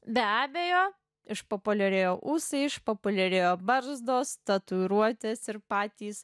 be abejo išpopuliarėjo ūsai išpopuliarėjo barzdos tatuiruotės ir patys